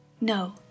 No